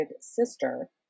sister